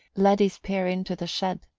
led his pair into the shed,